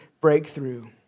breakthrough